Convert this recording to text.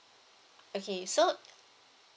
okay so